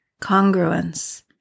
Congruence